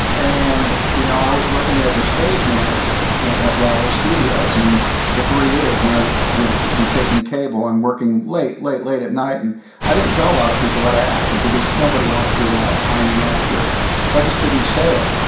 and you know i was working as a stage manager at at raleigh studios and for three years. and i would be taking cable and working late, late late at night and i didn't tell a lot of people that i acted because nobody wants to be around a pining actor. so i just didn't say it.